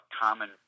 common